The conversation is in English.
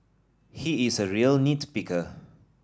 he is a real nit picker